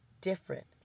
different